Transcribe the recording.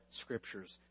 scriptures